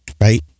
right